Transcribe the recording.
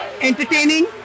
entertaining